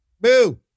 Boo